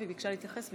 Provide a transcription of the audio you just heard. והיא ביקשה להתייחס,